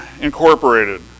Incorporated